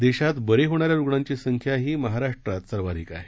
देशात बरे होणाऱ्या रुग्णांची संख्याही महाराष्ट्रात सर्वाधिक आहे